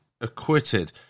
acquitted